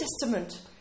Testament